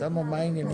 הישיבה ננעלה